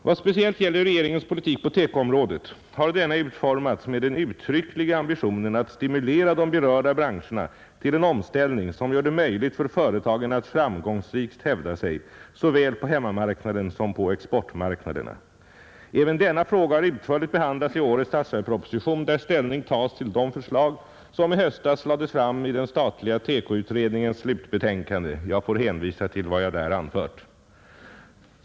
Vad speciellt gäller regeringens politik på TEKO-området har denna utformats med den uttryckliga ambitionen att stimulera de berörda branscherna till en omställning som gör det möjligt för företagen att framgångsrikt hävda sig såväl på hemmamarknaden som på exportmarknaderna. Även denna fråga har utförligt behandlats i årets statsverksproposition, där ställning tas till de förslag som i höstas lades fram i den statliga TEKO-utredningens slutbetänkande. Jag får hänvisa till vad jag där anfört.